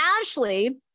Ashley